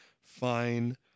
fine